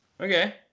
Okay